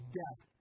death